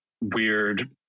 weird